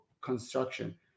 construction